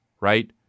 right